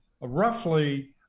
roughly